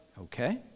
okay